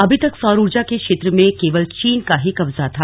अभी तक सौर ऊर्जा के क्षेत्र में केवल चीन का ही कब्जा था